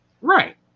Right